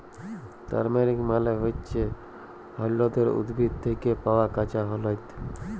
turmeric মালে হচ্যে হল্যদের উদ্ভিদ থ্যাকে পাওয়া কাঁচা হল্যদ